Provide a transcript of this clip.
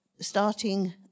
starting